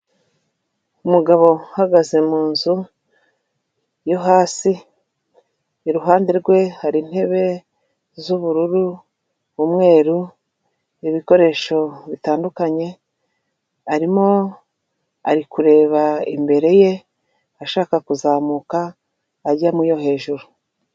Umugabo uhagaze mu nzu yo hasi, iruhande rwe hari intebe z'ubururu, umweru, ibikoresho bitandukanye, arimo ari kureba imbere ye ashaka kuzamuka ajya mu yo hejuru.